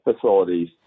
facilities